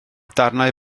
darnau